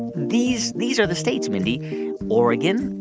these these are the states, mindy oregon,